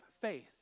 faith